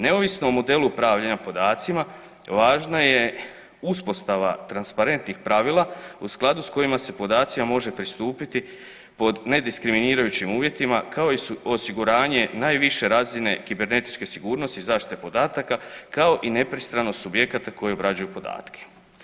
Neovisno o modelu upravljanja podacima važna je uspostava transparentnih pravila u skladu s kojima se podacima može pristupiti pod ne diskriminirajućim uvjetima kao osiguranje najviše razine kibernetičke sigurnosti zaštite podataka kao i nepristranost subjekata koji obrađuju podatke.